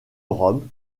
rome